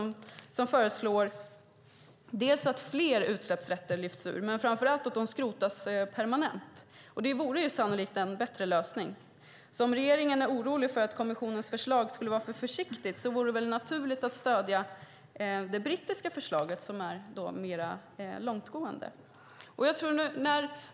Man föreslår dels att fler utsläppsrätter lyfts ur, dels och framför allt att de skrotas permanent. Det vore sannolikt en bättre lösning. Om regeringen är orolig över att kommissionens förslag skulle vara alltför försiktigt är det väl naturligt att stödja det brittiska förslaget, som är mer långtgående.